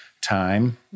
time